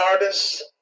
artists